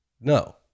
no